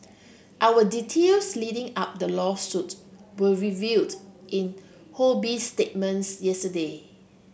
our details leading up the lawsuit were revealed in Ho Bee's statements yesterday